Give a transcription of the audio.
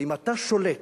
ואם אתה שולט